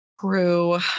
True